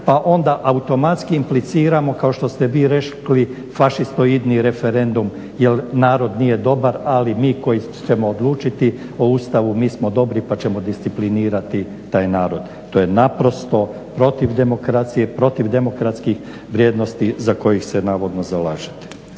pa onda automatski impliciramo kao što ste vi rekli fašistoidni referendum jer narod nije dobar ali mi koji ćemo odlučiti o Ustavu mi smo dobri pa ćemo disciplinirati taj narod. To je naprosto protiv demokracije, protiv demokratskih vrijednosti za kojih se navodno zalažete.